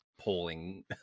polling